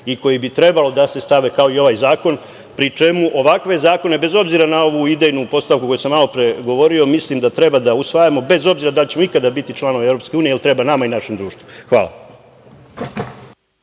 i koji bi trebalo da se stave kao i ovaj zakon, pri čemu ovakve zakone, bez obzira na ovu idejnu postavku o kojoj sam malopre govorio, mislim da treba da usvajamo bez obzira da li ćemo ikada biti članovi EU jer treba nama i našem društvu. Hvala.